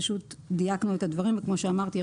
פשוט דייקנו את הדברים וכמו אמרתי,